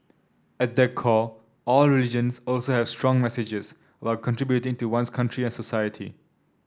at their core all religions also have strong messages will contributing to one's country and society